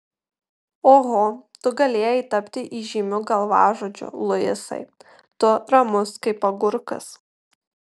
oho tu galėjai tapti įžymiu galvažudžiu luisai tu ramus kaip agurkas